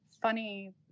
funny